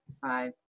five